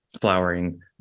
flowering